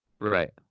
right